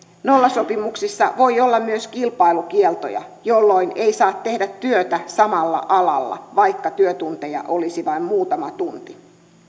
nollasopimuksissa voi olla myös kilpailukieltoja jolloin ei saa tehdä työtä samalla alalla vaikka työtunteja olisi vain muutama tunti